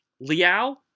Liao